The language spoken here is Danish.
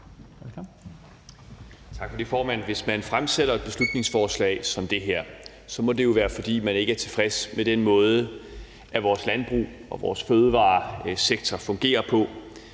Hvis man fremsætter et beslutningsforslag som det her, må det jo være, fordi man ikke er tilfreds med den måde, vores landbrug og vores fødevaresektor fungerer på.